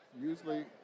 Usually